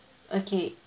okay